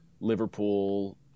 Liverpool